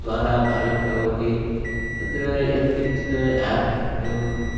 द्वारा कार्यं करोति तत्र यत्किञ्चित् एप् वयम्